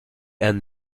and